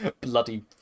bloody